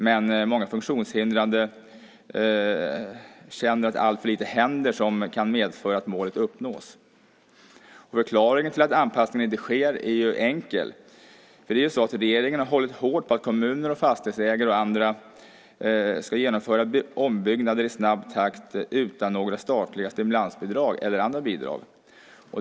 Men många funktionshindrade känner att alltför lite händer som kan medföra att målet uppnås. Förklaringen till att anpassningen inte sker är enkel. Regeringen har hållit hårt på att kommuner, fastighetsägare och andra ska genomföra ombyggnader i snabb takt utan några statliga stimulansbidrag eller andra bidrag.